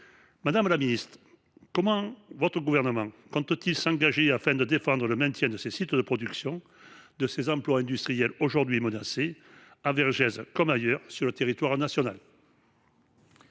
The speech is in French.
Madame la Ministre, comment votre gouvernement compte-t-il s'engager afin de défendre le maintien de ces sites de production, de ces emplois industriels aujourd'hui menacés à Vergès comme ailleurs sur le territoire national ?